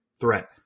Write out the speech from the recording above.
threat